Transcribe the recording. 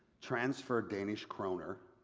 transfer danish kroner